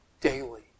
daily